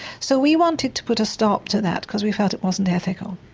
so we wanted to put a stop to that because we felt it wasn't ethical.